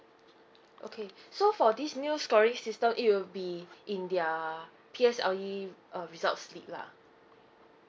okay so for this new scoring system it will be in their P_S_L_E uh results slip lah